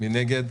מי נגד?